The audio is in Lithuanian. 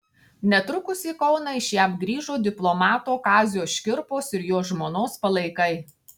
netrukus į kauną iš jav grįžo diplomato kazio škirpos ir jo žmonos palaikai